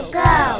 go